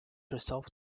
herself